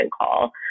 call